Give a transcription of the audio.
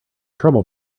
trouble